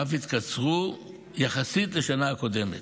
ואף התקצרו יחסית לשנה הקודמת.